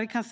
Vi tog